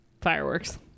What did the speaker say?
Fireworks